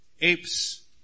apes